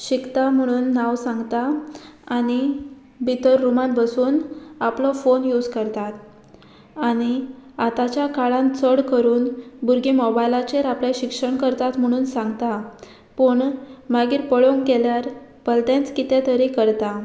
शिकता म्हणून नांव सांगता आनी भितर रुमान बसून आपलो फोन यूज करतात आनी आतांच्या काळान चड करून भुरगीं मोबायलाचेर आपलें शिक्षण करतात म्हणून सांगता पूण मागीर पळोवंक गेल्यार भलतेंच कितें तरी करता